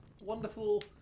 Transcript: wonderful